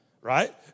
Right